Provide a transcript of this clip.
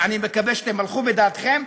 אני מקווה שתימלכו בדעתכם,